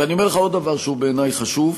ואני אומר לך עוד דבר שבעיני הוא חשוב: